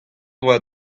doa